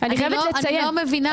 אני חייבת לציין --- סתם אני רוצה להבין.